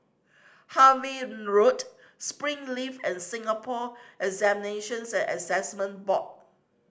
Harvey Road Springleaf and Singapore Examinations and Assessment Board